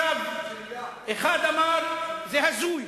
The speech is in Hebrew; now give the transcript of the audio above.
אחד אמר: זה הזוי.